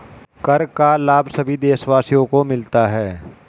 कर का लाभ सभी देशवासियों को मिलता है